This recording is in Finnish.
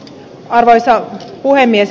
arvoisa puhemies